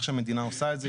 איך שהמדינה עושה את זה,